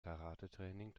karatetraining